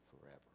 forever